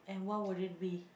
and what would it be